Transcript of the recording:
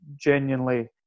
genuinely